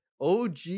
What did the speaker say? OG